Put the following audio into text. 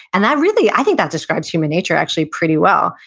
and i really, i think that describes human nature, actually, pretty well,